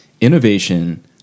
Innovation